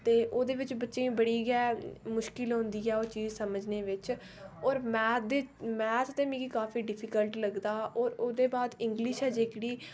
ते ओहदे बिच्च बच्चे गी बड़ी गै मुश्किल होंदी ऐ ओह् चीज समझने बिच्च और मैथ दे मिगी काफी डिफिक्लट लगदा और ओह्दे बाद इंगलिश ऐ जेहडी